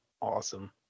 awesome